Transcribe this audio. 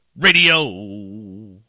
radio